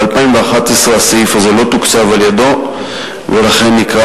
ב-2011 הסעיף הזה לא תוקצב על-ידיו ולכן ניכרה